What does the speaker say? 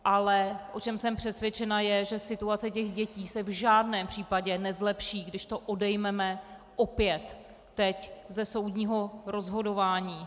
Ale o čem jsem přesvědčena, je, že situace dětí se v žádném případě nezlepší, když to odejmeme opět teď ze soudního rozhodování.